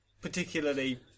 particularly